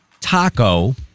Taco